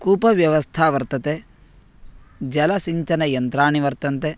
कूपव्यवस्था वर्तते जलसिञ्चनयन्त्राणि वर्तन्ते